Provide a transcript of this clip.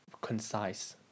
concise